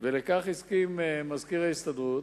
ולכך הסכים מזכיר ההסתדרות,